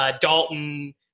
Dalton